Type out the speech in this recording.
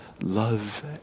love